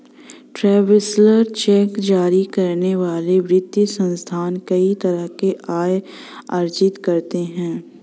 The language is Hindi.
ट्रैवेलर्स चेक जारी करने वाले वित्तीय संस्थान कई तरह से आय अर्जित करते हैं